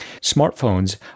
Smartphones